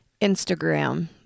Instagram